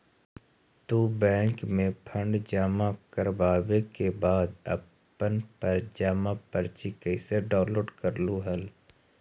तू बैंक में फंड जमा करवावे के बाद अपन जमा पर्ची कैसे डाउनलोड करलू हल